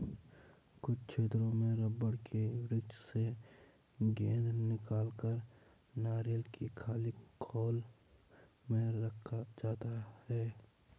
कुछ क्षेत्रों में रबड़ के वृक्ष से गोंद निकालकर नारियल की खाली खोल में रखा जाता है